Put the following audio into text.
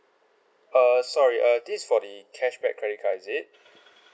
err sorry err this is for the cashback credit card is it